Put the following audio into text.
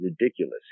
ridiculous